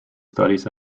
studies